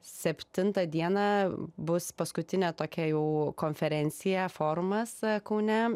septintą dieną bus paskutinė tokia jau konferencija forumas kaune